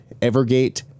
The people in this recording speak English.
evergate